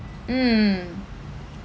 mm